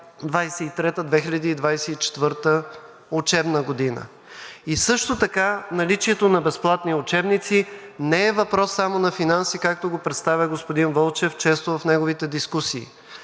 2023 – 2024 учебна година. И също така наличието на безплатни учебници не е въпрос само на финанси, както го представя господин Вълчев често в неговите дискусии,